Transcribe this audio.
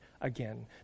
again